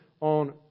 on